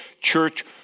church